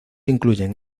incluyen